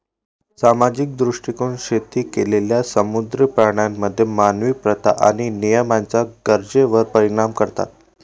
सामाजिक दृष्टीकोन शेती केलेल्या समुद्री प्राण्यांमध्ये मानवी प्रथा आणि नियमांच्या गरजेवर परिणाम करतात